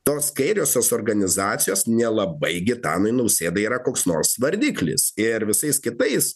tos kairiosios organizacijos nelabai gitanui nausėdai yra koks nors vardiklis ir visais kitais